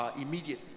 immediately